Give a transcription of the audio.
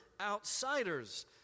outsiders